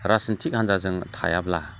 राजनिथिख हान्जाजों थायाब्ला